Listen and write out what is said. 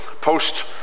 Post